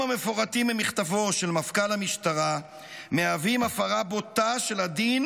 המפורטים במכתבו של מפכ"ל המשטרה מהווים הפרה בוטה של הדין